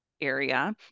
area